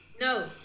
No